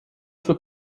für